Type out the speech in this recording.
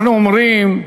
אנחנו אומרים: